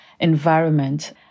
environment